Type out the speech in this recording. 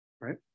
Right